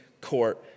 court